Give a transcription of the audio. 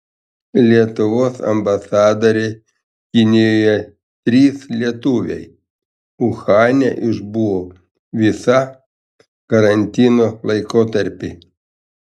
lietuvos ambasadorė kinijoje trys lietuviai uhane išbuvo visą karantino laikotarpį